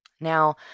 Now